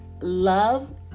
love